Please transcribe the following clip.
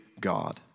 God